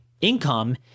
income